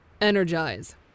Energize